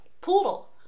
Poodle